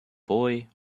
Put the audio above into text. boy